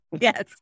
Yes